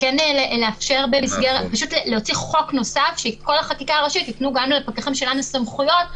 להוציא חוק נוסף שאת כל החקיקה הראשית יתנו גם לפקחים שלנו סמכויות.